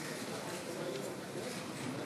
(חברי הכנסת מקדמים בקימה את פני נשיא